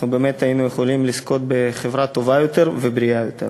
אנחנו באמת היינו יכולים לזכות בחברה טובה יותר ובריאה יותר.